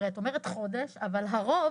הרי את אומרת חודש, אבל הרוב